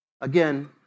Again